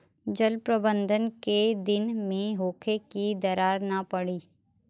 जल प्रबंधन केय दिन में होखे कि दरार न पड़ी?